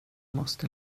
måste